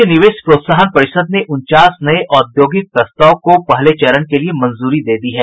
राज्य निवेश प्रोत्साहन परिषद ने उनचास नये औद्योगिक प्रस्ताव को पहले चरण को मंजूरी दी दी है